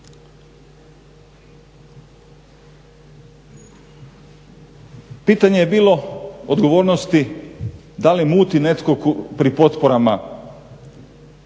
Pitanje je bilo odgovornosti da li muti netko pri potporama,